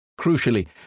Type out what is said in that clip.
Crucially